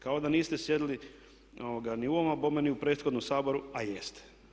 Kao da niste sjedili ni u ovom a bome ni u prethodnom Saboru a jeste.